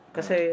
Kasi